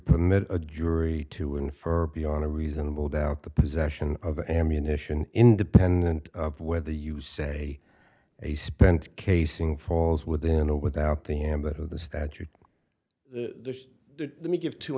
permit a jury to infer beyond a reasonable doubt the possession of ammunition independent of whether you say a spent casing falls within or without the m that of the statute let me give two